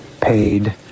paid